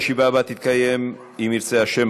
כי לחצת וזה לא